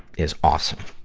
is awesome!